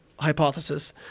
Hypothesis